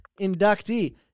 inductee